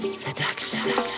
seduction